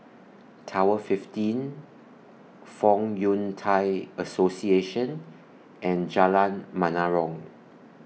Tower fifteen Fong Yun Thai Association and Jalan Menarong